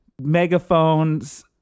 megaphones